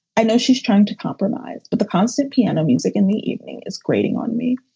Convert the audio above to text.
i know she's trying to compromise, but the constant piano music in the evening is grating on me.